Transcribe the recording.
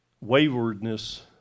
waywardness